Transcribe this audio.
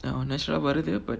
natural ah வருது:varuthu but